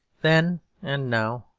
then and now,